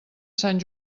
sant